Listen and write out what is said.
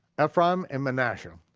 ah ephraim and manassah,